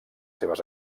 seves